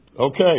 okay